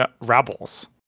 Rebels